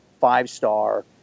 five-star